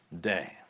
day